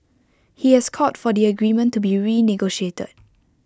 he has called for the agreement to be renegotiated